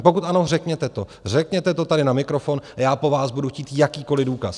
Pokud ano, řekněte to, řekněte to tady na mikrofon a já po vás budu chtít jakýkoliv důkaz.